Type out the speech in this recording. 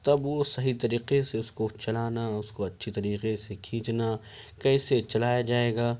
تب وہ صحیح طریقے سے اس کو چلانا اس کو اچھی طریقے سے کھینچنا کیسے چلایا جائے گا